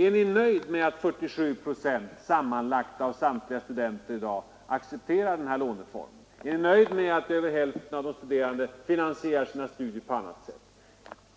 Är ni nöjda med att sammanlagt 47 procent av studenterna i dag accepterar denna låneform? Är ni nöjda med att över hälften av de studerande finansierar sina studier på annat sätt?